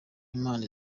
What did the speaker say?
imana